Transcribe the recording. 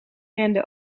renden